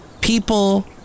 People